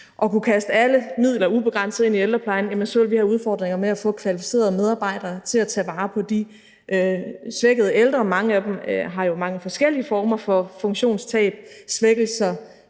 og kunne kaste alle midler ubegrænset ind i ældreplejen, jamen så ville vi have udfordringer med at få kvalificerede medarbejdere til at tage vare på de svækkede ældre. Mange af dem har jo mange forskellige former for funktionstab – svækkelser,